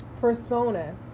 persona